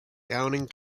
downing